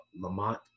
Lamont